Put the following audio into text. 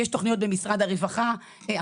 יש תוכניות במשרד הרווחה,